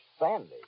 Sandy